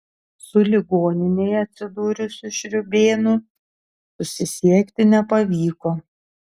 su ligoninėje atsidūrusiu šriūbėnu susisiekti nepavyko